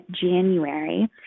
January